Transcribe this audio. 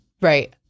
Right